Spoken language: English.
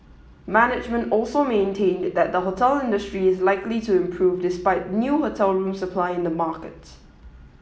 management also maintained that the hotel industry is likely to improve despite new hotel room supply in the market